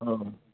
औ